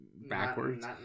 backwards